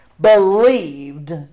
believed